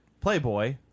Playboy